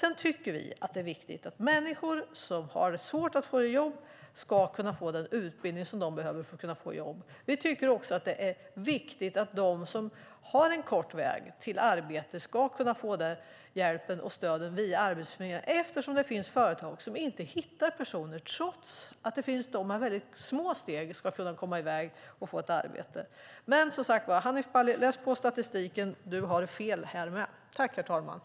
Sedan tycker vi att det är viktigt att människor som har svårt att få jobb ska kunna få den utbildning de behöver för att få jobb. Vi tycker också att de som har kort väg till arbete ska kunna få den hjälpen och det stödet via Arbetsförmedlingen eftersom det finns företag som inte hittar personer trots att det finns de som med mycket små steg skulle kunna komma i väg och få ett arbete. Hanif Bali, läs på statistiken! Du har fel här med.